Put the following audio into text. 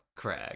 Craig